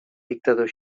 dictador